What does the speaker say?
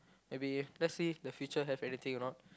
maybe let's see the future have anything or not